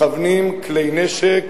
מכוונים כלי-נשק